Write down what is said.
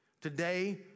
Today